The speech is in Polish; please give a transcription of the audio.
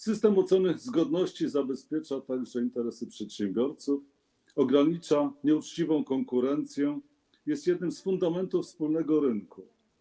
System oceny zgodności zabezpiecza także interesy przedsiębiorców, ogranicza nieuczciwą konkurencję, jest jednym z fundamentów wspólnego rynku.